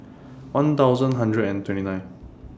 one thousand hundred and twenty nine